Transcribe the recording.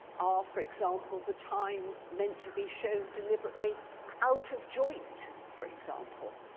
are, for example, the times meant to be shown deliberately out of joint, for example?